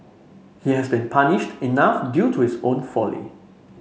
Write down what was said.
he has been punished enough due to his own folly